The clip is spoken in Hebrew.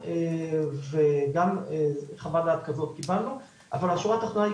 אתה לא יודע שטייסת הכיבוי היא